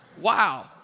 Wow